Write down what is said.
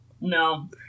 No